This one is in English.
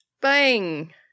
Bang